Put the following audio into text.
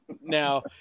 Now